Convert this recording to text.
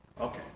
Okay